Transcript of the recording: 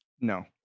No